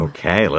Okay